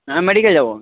হ্যাঁ মেডিকেল যাব